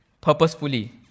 purposefully